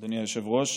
אדוני היושב-ראש.